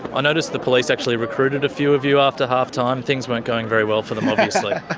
i noticed the police actually recruited a few of you after half-time. things weren't going very well for them, obviously. yeah